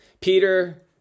Peter